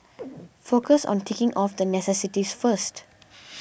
focus on ticking off the necessities first